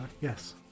Yes